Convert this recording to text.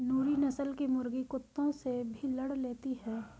नूरी नस्ल की मुर्गी कुत्तों से भी लड़ लेती है